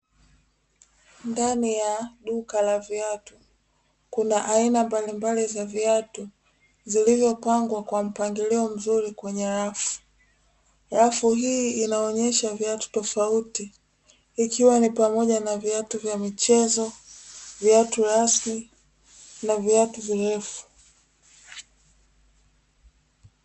Ndani ya duka la viatu kuna aina mbalimbali za viatu zilivyopangwa kwa mpangilio mzuri kwenye rafu, rafu hii inaonyesha viatu tofauti ikiwa ni pamoja na viatu vya michezo, viatu rasmi na viatu virefu.